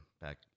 back